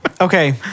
Okay